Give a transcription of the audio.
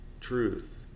truth